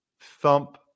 thump